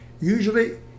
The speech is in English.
usually